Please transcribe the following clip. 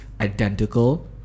identical